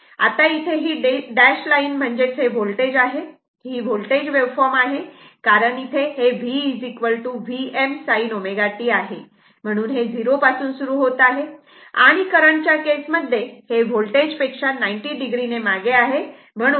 आता इथे ही डॅश लाईन म्हणजेच वोल्टेज आहे ही वोल्टेज वेव्हफॉर्म आहे कारण V Vm sin ω t आहे म्हणून हे 0 पासून सुरू होत आहे आणि करंट च्या केस मध्ये हे वोल्टेज पेक्षा 90 o ने मागे आहे